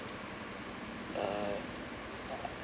uh